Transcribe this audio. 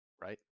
right